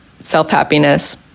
self-happiness